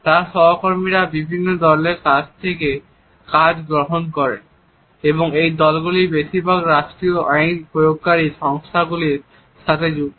তার সহকর্মীরা বিভিন্ন দলের কাছ থেকে কাজ গ্রহণ করেন এবং এই দলগুলির বেশিরভাগই রাষ্ট্রীয় আইন প্রয়োগকারী সংস্থাগুলির সাথে যুক্ত